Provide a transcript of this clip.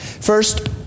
first